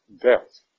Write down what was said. death